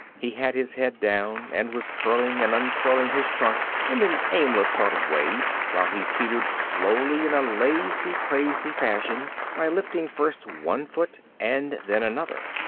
he had his head down and was curling and uncurling his trunk in an aimless sort of way while he teetered slowly in a lazy-crazy fashion by lifting first one foot and then another.